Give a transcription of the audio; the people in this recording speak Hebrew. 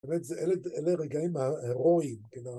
‫אלה רגעים הרואיים, כנראה.